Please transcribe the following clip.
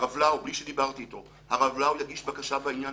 הרב לאו, בלי שדיברתי אתו, יגיש בקשה בעניין.